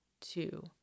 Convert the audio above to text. two